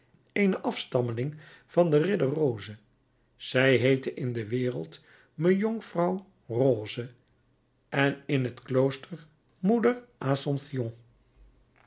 eene afstammelinge van den ridder roze zij heette in de wereld mejonkvrouw roze en in het klooster moeder assomption